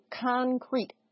concrete